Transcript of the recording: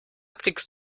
kriegst